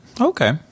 Okay